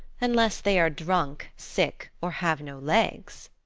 unless they are drunk, sick, or have no legs.